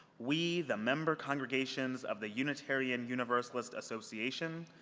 we, the member congregations of the unitarian universalist association,